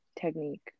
technique